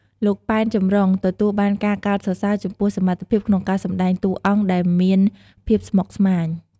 លោក ប៉ែន ចំរុង ទទួលបានការកោតសរសើរចំពោះសមត្ថភាពក្នុងការសម្ដែងតួអង្គដែលមានភាពស្មុគស្មាញ។